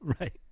Right